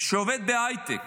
שעובד בהייטק